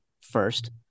first